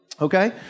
Okay